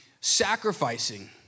Sacrificing